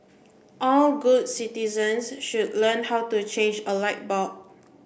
all good citizens should learn how to change a light bulb